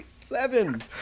seven